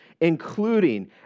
including